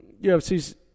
UFC